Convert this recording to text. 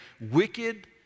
wicked